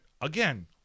again